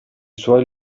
suoi